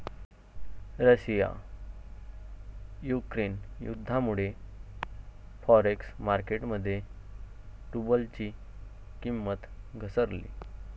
Russia Ukraine युद्धामुळे forex market मध्ये रुबलची किंमत घसरली